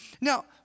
Now